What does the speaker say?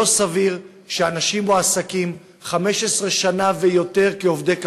לא סביר שאנשים מועסקים 15 שנה ויותר כעובדי קבלן,